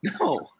no